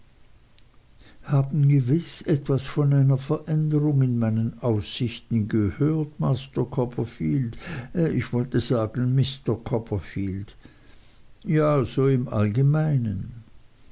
haben gewiß etwas von einer veränderung in meinen aussichten gehört master copperfield ich wollte sagen mister copperfield ja so im allgemeinen